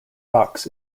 box